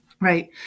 right